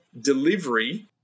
delivery